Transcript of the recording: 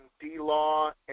D-Law